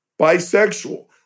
bisexual